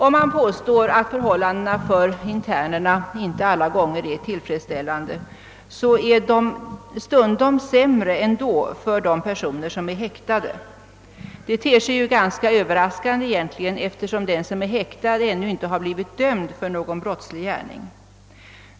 Om man påstår att förhållandena för internerna inte alla gånger är tillfredsställande bör man beakta att de stundom är ändå sämre för de personer som är häktade. Detta ter sig ganska Ööverraskande, eftersom den som är häktad ännu inte blivit dömd för någon brottslig gärning.